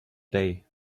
day